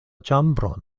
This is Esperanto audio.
ĉambron